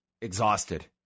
exhausted